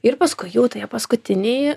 ir paskui jau toje paskutinėj